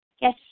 Yes